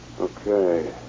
Okay